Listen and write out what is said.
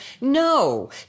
No